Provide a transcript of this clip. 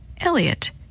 Elliot